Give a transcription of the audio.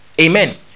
Amen